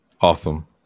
Awesome